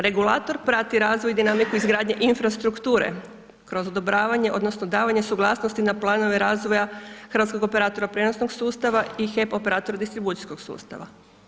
Regulator prati razvoj i dinamiku izgradnje infrastrukture kroz odobravanje odnosno davanje suglasnosti na planove razvoja hrvatskog operatora prijenosnog sustava i HEP operator distribucijskog sustava.